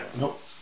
nope